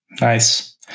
Nice